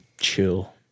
chill